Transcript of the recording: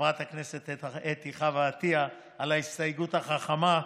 לחברת הכנסת אתי חוה עטייה, על ההסתייגות החכמה.